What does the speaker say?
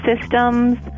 systems